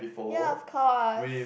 ya of course